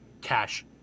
cash